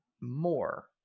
more